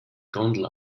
gondel